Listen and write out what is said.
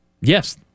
Yes